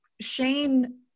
Shane